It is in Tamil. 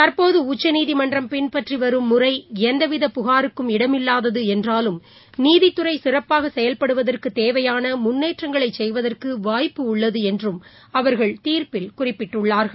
தற்போதஉச்சநீதிமன்றம் பின்பற்றிவரும் முறைந்தவித புகாருக்கும் இடமில்லாததுஎன்றாலும் நீதித்துறைசிறப்பாகசெயல்படுதவற்குதேவையானமுன்னேற்றங்களைசெய்வதற்குவாய்ப்பு உள்ளதுஎன்றும் அவர்கள் தீர்ப்பில் குறிப்பிட்டுள்ளார்கள்